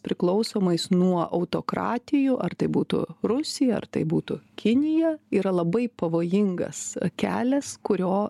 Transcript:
priklausomais nuo autokratijų ar tai būtų rusija ar tai būtų kinija yra labai pavojingas kelias kurio